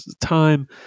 time